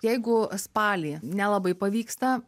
jeigu spalį nelabai pavyksta